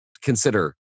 consider